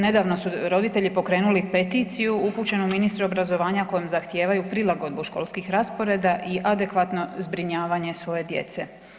Nedavno su roditelji pokrenuli peticiju upućenu ministru obrazovanja kojom zahtijevaju prilagodbu školskih rasporeda i adekvatno zbrinjavanje svoje djece.